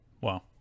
Wow